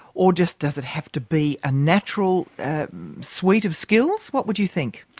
or just does it have to be a natural suite of skills? what would you think?